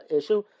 issue